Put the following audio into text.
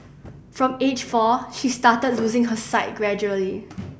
from age four she started losing her sight gradually